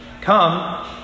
Come